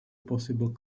possible